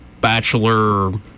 Bachelor